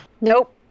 Nope